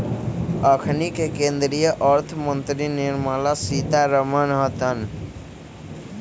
अखनि के केंद्रीय अर्थ मंत्री निर्मला सीतारमण हतन